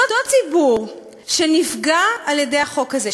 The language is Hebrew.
אותו ציבור שנפגע מהחוק הזה,